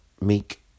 make